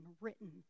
written